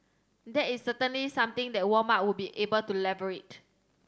that is certainly something that Walmart would be able to leverage